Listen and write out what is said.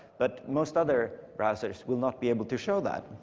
but most other browsers will not be able to show that.